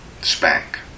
spank